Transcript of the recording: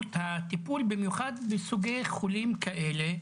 באיכות הטיפול, במיוחד בסוגי חולים כאלה,